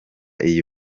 iyi